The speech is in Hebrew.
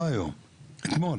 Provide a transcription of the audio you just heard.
לא היום אלא אתמול,